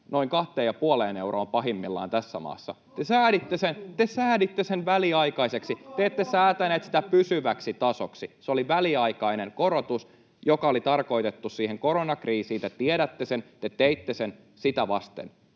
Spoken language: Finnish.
puoleen euroon pahimmillaan tässä maassa. Te sääditte sen väliaikaiseksi, te ette säätäneet sitä pysyväksi tasoksi. Se oli väliaikainen korotus, joka oli tarkoitettu siihen koronakriisiin. Te tiedätte sen, te teitte sen sitä vasten.